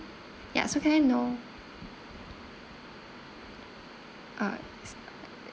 ya so can I know uh is